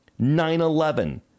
9-11